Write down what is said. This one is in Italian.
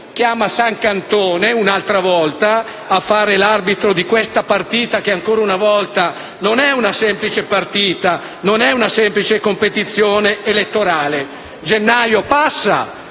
san Cantone un'altra volta a fare l'arbitro di questa partita che, ancora una volta, non è una semplice partita, non è una semplice competizione elettorale. Gennaio passa,